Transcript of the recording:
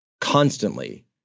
constantly